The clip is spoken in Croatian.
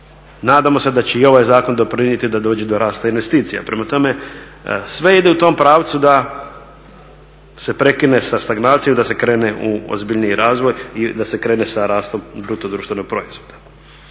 Nadamo se da će i ovaj zakon doprinijeti da dođe do rasta investicija. Prema tome, sve ide u tom pravcu da se prekine sa stagnacijom i da se krene u ozbiljniji razvoj i da se krene sa rastom BDP-a. Naravno, mi